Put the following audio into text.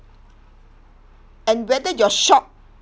and whether your shop